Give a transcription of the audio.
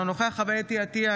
אינו נוכח חוה אתי עטייה,